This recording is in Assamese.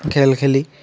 খেল খেলি